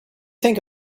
think